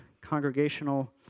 congregational